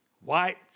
white